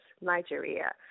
Nigeria